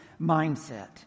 mindset